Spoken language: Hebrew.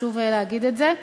חשוב להגיד את זה.